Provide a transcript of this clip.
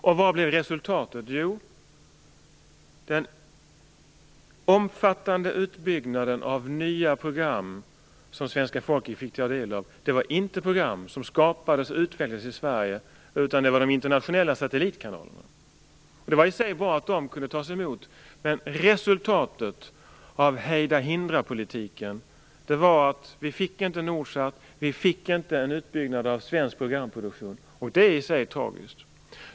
Och vad blev resultatet? Jo, den omfattande utbyggnaden av nya program som svenska folket fick ta del av var inte program som skapades och utvecklades i Sverige, utan det var program som skapades av de internationella satellitkanalerna. Det var i och för sig bra att de kunde tas emot. Men resultatet av hejda-hindra-politiken var att vi inte fick Nordsat och att vi inte fick en utbyggnad av svensk programproduktion. Och det är i sig tragiskt.